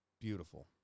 Beautiful